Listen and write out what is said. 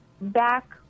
back